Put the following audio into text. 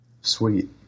Sweet